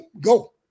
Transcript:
go